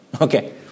Okay